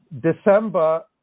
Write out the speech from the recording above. December